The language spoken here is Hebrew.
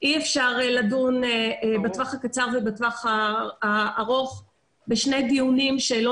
אי אפשר לדון בטווח הקצר ובטווח הארוך בשני דיונים שלא